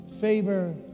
Favor